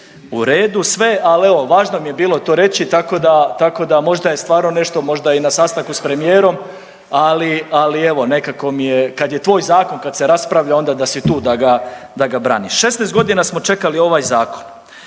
u redu sve, ali evo važno mi je bilo to reći tako da možda je stvarno nešto, možda je i na sastanku s premijerom, ali evo nekako mi je, kad je tvoj zakon kad se raspravlja onda da si tu da ga braniš. 16 godina smo čekali ovaj zakon